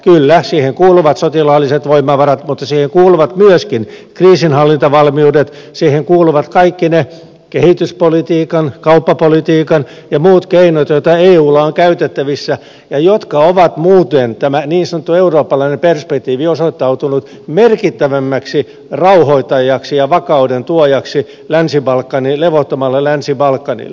kyllä siihen kuuluvat sotilaalliset voimavarat mutta siihen kuuluvat myöskin kriisinhallintavalmiudet siihen kuuluvat kaikki ne kehityspolitiikan kauppapolitiikan ja muut keinot joita eulla on käytettävissä ja jotka ovat muuten tämän niin sanotun eurooppalaisen perspektiivin osoittaneet merkittävimmäksi rauhoittajaksi ja vakauden tuojaksi levottomalle länsi balkanille